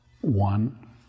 one